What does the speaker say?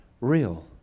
real